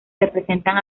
representan